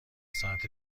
ساعت